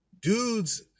dudes